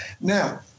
Now